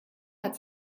hat